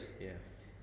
Yes